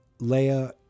Leia